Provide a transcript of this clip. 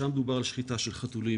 שם דובר על שחיטה של חתולים.